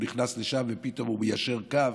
הוא נכנס לשם ופתאום הוא מיישר קו,